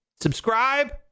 Subscribe